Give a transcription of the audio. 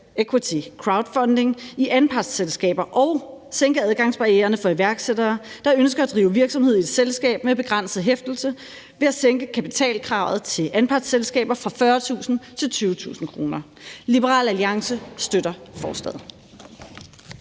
equity crowdfunding i anpartsselskaber og sænke adgangsbarriererne for iværksættere, der ønsker at drive virksomhed i et selskab med begrænset hæftelse, ved at sænke kapitalkravet til anpartsselskaber fra 40.000 til 20.000 kr. Liberal Alliance støtter forslaget.